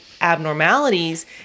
abnormalities